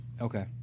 Okay